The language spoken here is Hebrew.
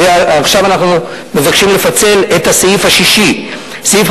עכשיו, אנחנו מבקשים לפצל את הסעיף השישי, סעיף